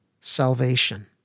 salvation